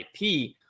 IP